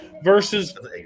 versus